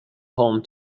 home